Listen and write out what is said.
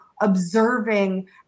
observing